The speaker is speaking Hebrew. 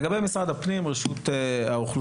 לגבי משרד הפנים רשות האוכלוסין,